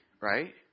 right